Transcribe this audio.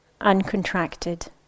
Uncontracted